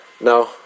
No